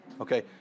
Okay